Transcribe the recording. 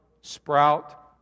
sprout